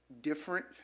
different